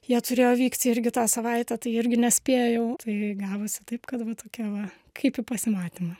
jie turėjo vykti irgi tą savaitę tai irgi nespėjau tai gavosi taip kad va tokia va kaip į pasimatymą